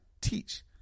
teach